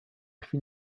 fin